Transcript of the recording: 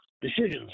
decisions